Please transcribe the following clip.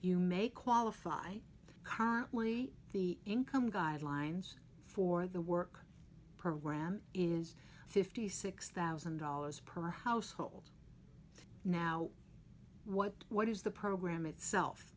you may qualify currently the income guidelines for the work program is fifty six thousand dollars per household now what what is the program itself